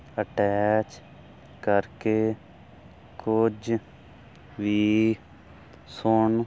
attach ਕਰਕੇ ਕੁਝ ਵੀ ਸੁਣ